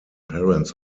parents